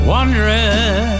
Wondering